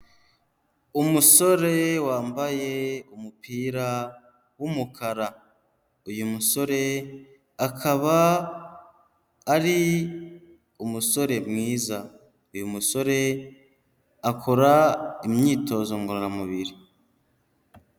Umusore wambaye umupira w'umukara, uyu musore akaba ari umusore mwiza, uyu musore akora imyitozo ngororamubiri.